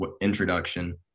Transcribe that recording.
introduction